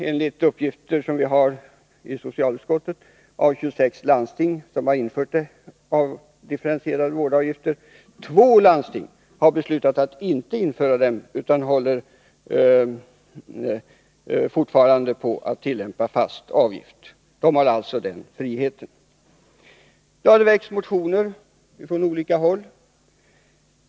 Enligt uppgifter som vi har i socialutskottet är det nu 18 av 26 landsting som har infört differentierade vårdavgifter. Två landsting har beslutat att inte införa dem utan tillämpar fortfarande fasta avgifter. Landstingen har alltså den friheten. Det har väckts motioner från olika håll.